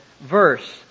verse